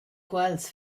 quels